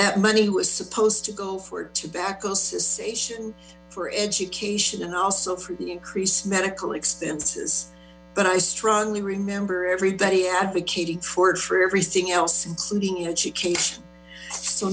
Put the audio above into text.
that money was supposed to go for tobacco ciss for education and also for the increased medical expenses but i strongly remember everybody advocating for it for everything else including education so